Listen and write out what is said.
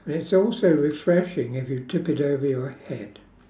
it's also refreshing if you tip it over your head